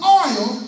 oil